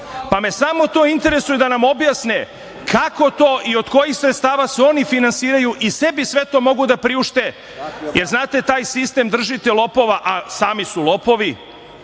Samo me to interesuje da nam objasne kako to i od kojih sredstava se oni finansiraju i sebi sve to mogu da priušte, jer znate taj sistem držite lopova, a sami su lopovi,